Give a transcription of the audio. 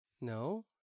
No